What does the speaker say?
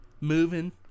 moving